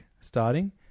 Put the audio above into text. starting